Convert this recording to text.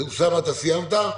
אוסאמה, סיימת?